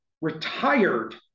retired